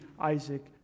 Isaac